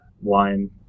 wine